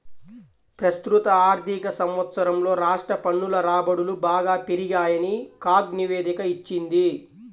ప్రస్తుత ఆర్థిక సంవత్సరంలో రాష్ట్ర పన్నుల రాబడులు బాగా పెరిగాయని కాగ్ నివేదిక ఇచ్చింది